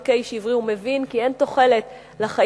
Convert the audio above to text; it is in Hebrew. הוא מבין כי אין תוחלת לחיים במצרים,